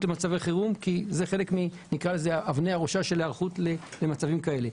למצבי חירום כי זה חלק מאבני הראשה של היערכות למצבים כאלה.